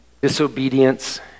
disobedience